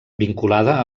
vinculada